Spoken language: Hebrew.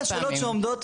שלוש פעמים.